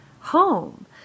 home